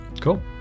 cool